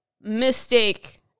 mistake